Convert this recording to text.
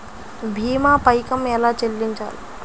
భీమా పైకం ఎలా చెల్లించాలి?